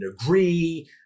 agree